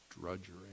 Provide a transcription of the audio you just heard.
drudgery